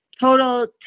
total